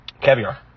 caviar